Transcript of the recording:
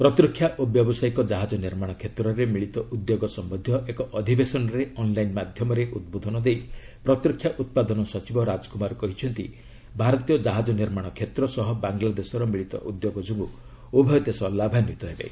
ପ୍ରତିରକ୍ଷା ଓ ବ୍ୟାବସାୟିକ ଜାହାଜ ନିର୍ମାଣ କ୍ଷେତ୍ରରେ ମିଳିତ ଉଦ୍ୟେଗ ସମ୍ଭନ୍ଧୀୟ ଏକ ଅଧିବେଶନରେ ଅନ୍ଲାଇନ୍ ମାଧ୍ୟମରେ ଉଦ୍ବୋଧନ ଦେଇ ପ୍ରତିରକ୍ଷା ଉତ୍ପାଦନ ସଚିବ ରାଜକ୍ରମାର କହିଛନ୍ତି ଭାରତୀୟ ଜାହାଜ ନିର୍ମାଣ କ୍ଷେତ୍ର ସହ ବାଂଲାଦେଶର ମିଳିତ ଉଦ୍ୟୋଗ ଯୋଗୁଁ ଉଭୟ ଦେଶ ଲାଭାନ୍ୱିତ ହେବେ